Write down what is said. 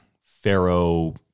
Pharaoh